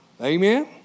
Amen